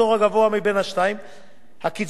הקצבה המוכרת היא זו הנובעת מהפרשות